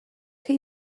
chi